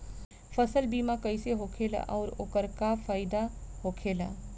फसल बीमा कइसे होखेला आऊर ओकर का फाइदा होखेला?